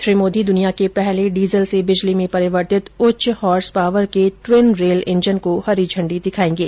श्री मोदी दुनिया के पहले डीजल से बिजली में परिवर्तित उच्च होर्स पावर के टिवन रेल इंजन को हरी झंडी दिखायेंगे